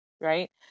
right